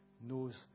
knows